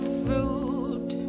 fruit